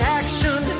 action